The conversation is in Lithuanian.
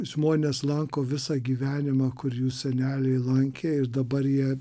žmonės lanko visą gyvenimą kur jų seneliai lankė ir dabar jie